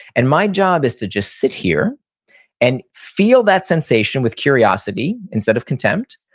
and my job is to just sit here and feel that sensation with curiosity, instead of contempt,